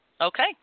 Okay